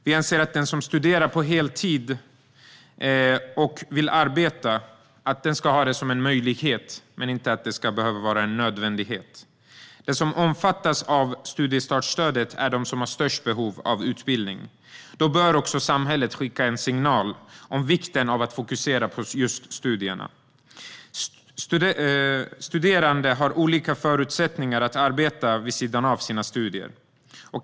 Vi anser att den som studerar på heltid och vill arbeta ska ha det som en möjlighet men inte att det ska behöva vara en nödvändighet. De som omfattas av studiestartsstödet är de som har störst behov av utbildning. Då bör samhället skicka en signal om vikten av att fokusera på just studierna. Studerande har olika förutsättningar att arbeta vid sidan av sina studier.